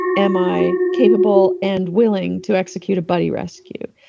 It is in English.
am i capable and willing to execute a buddy rescue?